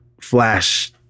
Flash